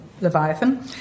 Leviathan